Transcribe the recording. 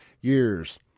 years